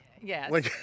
yes